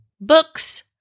books